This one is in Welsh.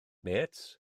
mêts